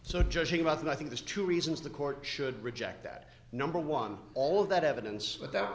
so judging about that i think there's two reasons the court should reject that number one all of that evidence